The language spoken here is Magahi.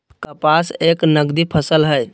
कपास एक नगदी फसल हई